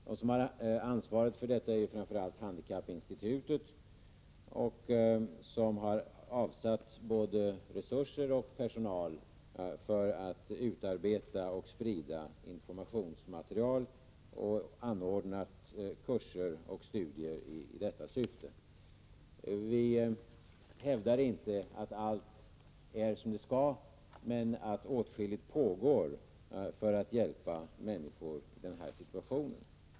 Den som har ansvaret för detta är framför allt handikappinstitutet, som har avsatt både resurser och personal för att utarbeta och sprida informationsmaterial och anordna kurser och studier i detta syfte. Vi som tillhör utskottsmajoriteten hävdar inte att allt är som det skall vara men att åtskilligt pågår för att hjälpa människor i denna situation.